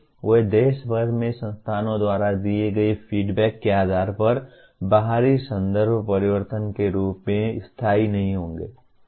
वे देश भर में संस्थान द्वारा दिए गए फीडबैक के आधार पर बाहरी संदर्भ परिवर्तन के रूप में स्थायी नहीं होंगे